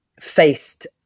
faced